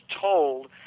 told